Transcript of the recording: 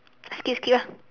skip skip ah